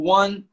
one